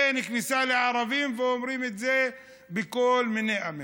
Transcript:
אין כניסה לערבים, ואומרים את זה בכל מיני אמירות.